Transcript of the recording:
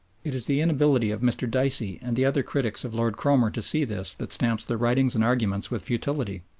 it is the inability of mr. dicey and the other critics of lord cromer to see this that stamps their writings and arguments with futility.